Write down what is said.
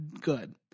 good